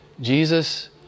Jesus